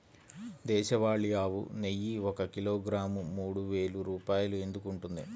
దేశవాళీ ఆవు నెయ్యి ఒక కిలోగ్రాము మూడు వేలు రూపాయలు ఎందుకు ఉంటుంది?